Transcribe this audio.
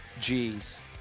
G's